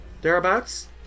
Thereabouts